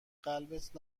قلبت